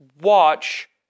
Watch